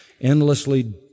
endlessly